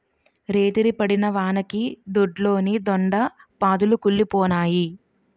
రేతిరి పడిన వానకి దొడ్లోని దొండ పాదులు కుల్లిపోనాయి